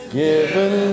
given